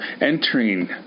entering